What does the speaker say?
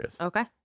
Okay